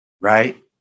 right